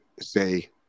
say